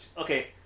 Okay